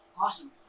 awesome